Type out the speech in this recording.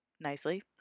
nicely